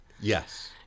Yes